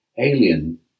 alien